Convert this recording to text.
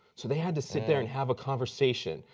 so they had to sit there and have a conversation,